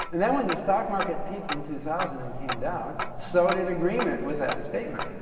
and then when the stock market peaked in two thousand and came down, so did agreement with that statement.